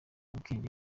bwenge